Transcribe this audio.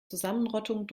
zusammenrottung